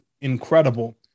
incredible